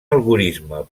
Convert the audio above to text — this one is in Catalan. algorisme